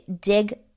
dig